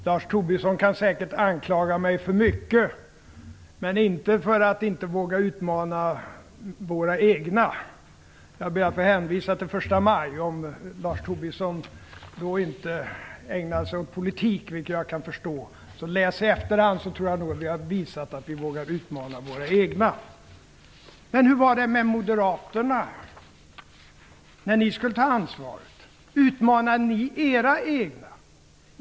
Herr talman! Lars Tobisson kan säkert anklaga mig för mycket, men inte för att inte våga utmana våra egna. Jag ber att få hänvisa till den 1 maj. Om Lars Tobisson då inte ägnade sig åt politik, vilket jag kan förstå, kan han läsa i efterhand. Jag tror nog att vi har visat att vi vågar utmana våra egna. Men hur var det med moderaterna när ni skulle ta ansvaret? Utmanade ni era egna?